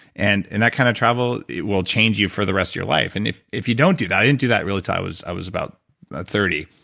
and and that kind of travel will change you for the rest of your life. and if if you don't do that, i didn't do that really till i was i was about thirty.